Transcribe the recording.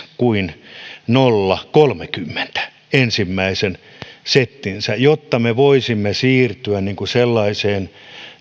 kuin nolla nolla piste kolmenkymmenen ensimmäisen settinsä jotta me voisimme siirtyä sellaiseen